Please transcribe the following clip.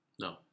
No